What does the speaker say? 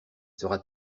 sera